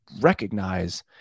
recognize